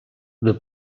the